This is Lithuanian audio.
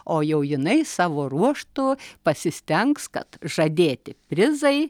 o jau jinai savo ruožtu pasistengs kad žadėti prizai